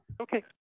Okay